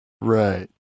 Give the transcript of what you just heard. right